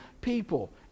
people